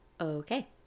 Okay